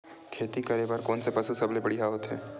खेती करे बर कोन से पशु सबले बढ़िया होथे?